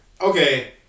Okay